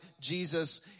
Jesus